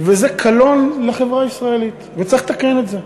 וזה קלון לחברה הישראלית, וצריך לתקן את זה.